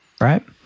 right